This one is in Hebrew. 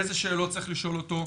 אילו שאלות צריך לשאול אותו,